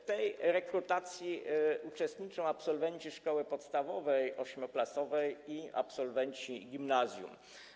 W tej rekrutacji uczestniczą absolwenci szkoły podstawowej, ośmioklasowej, i absolwenci gimnazjum.